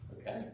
Okay